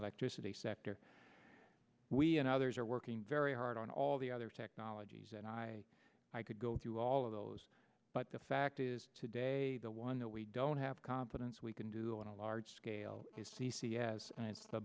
electricity sector we and others are working very hard on all the other technologies and i could go through all of those but the fact is today the one that we don't have confidence we can do on a large scale is c c s i it's the